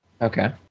Okay